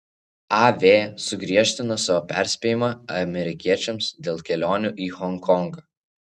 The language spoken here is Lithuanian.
av sugriežtino savo perspėjimą amerikiečiams dėl kelionių į honkongą